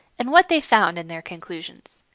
and what they found in their conclusions.